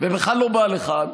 ובכלל לא בא לכאן,